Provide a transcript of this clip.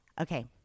Okay